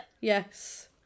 yes